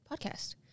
podcast